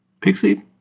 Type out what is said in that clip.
pixie